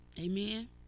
amen